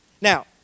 Now